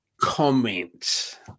comment